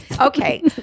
Okay